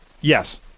yes